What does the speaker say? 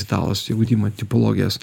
italas įgudimą tipologijas